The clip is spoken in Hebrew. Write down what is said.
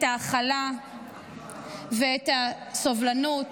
את ההכלה ואת הסובלנות